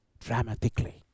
dramatically